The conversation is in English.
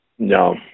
No